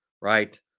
Right